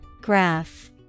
Graph